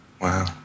wow